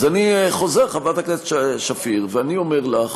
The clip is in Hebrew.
אני חוזר, חברת הכנסת שפיר, ואני אומר לך